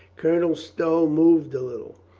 colonel stow moved a little.